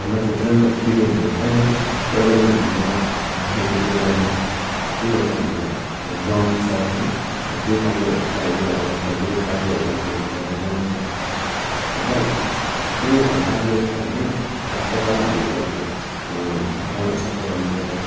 हाम्रो क्षेत्रमा स्टेडियमहरू छैन तर पनि एउटा खेलकुदको लागि चाहिँ एउटा हाम्रो ग्राउन्ड छ है केही कार्यहरू कार्य खेलकुदको कार्यहरू गर्नु पऱ्यो भने एउटा ग्राउन्ड छन् र केही कार्य छ भने फर्स्ट अफ अल हामीले एउटा ग्राउन्डहरू सफा गर्नु पऱ्यो